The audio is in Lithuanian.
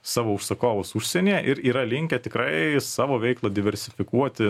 savo užsakovus užsienyje ir yra linkę tikrai savo veiklą diversifikuoti